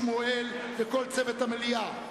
שמואל וכל צוות המליאה,